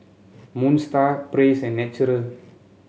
Moon Star Praise and Naturel